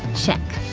check!